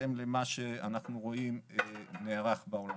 ובהתאם למה שאנחנו רואים שנערך בעולם.